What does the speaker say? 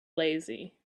lazy